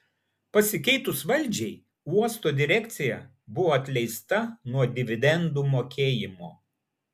pasikeitus valdžiai uosto direkcija buvo atleista nuo dividendų mokėjimo